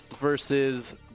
versus